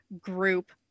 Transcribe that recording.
group